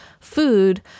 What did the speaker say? food